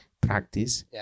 practice